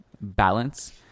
balance